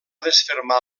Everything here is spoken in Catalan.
desfermar